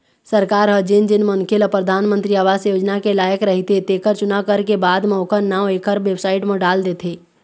सरकार ह जेन जेन मनखे ल परधानमंतरी आवास योजना के लायक रहिथे तेखर चुनाव करके बाद म ओखर नांव एखर बेबसाइट म डाल देथे